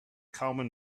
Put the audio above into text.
common